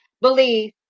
believe